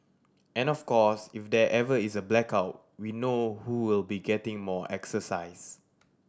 and of course if there ever is a blackout we know who will be getting more exercise